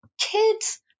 kids